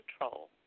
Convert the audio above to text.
control